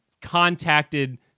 contacted